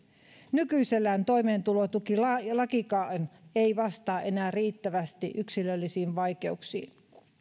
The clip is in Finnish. nykyisellään toimeentulotukilakikaan ei vastaa enää riittävästi yksilöllisiin vaikeuksiin